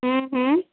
हम्म हम्म